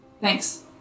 Thanks